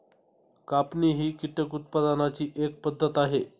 कापणी ही कीटक उत्पादनाची एक पद्धत आहे